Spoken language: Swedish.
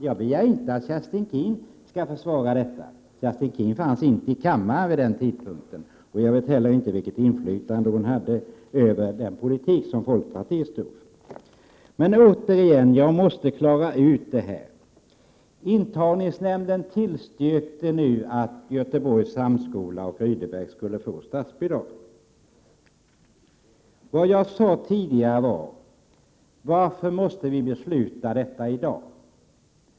Jag begär inte att Kerstin Keen skall försvara den, för Kerstin Keen tillhörde inte riksdagen på den tiden, och jag vet heller inte vilket inflytande hon hade över den politik som folkpartiet stod för. Men, återigen — jag måste klara ut det här: Intagningsnämnden tillstyrkte nu att Göteborgs Högre Samskola och Sigrid Rudebecks gymnasium skulle få 129 statsbidrag. Varför måste vi besluta om detta i dag?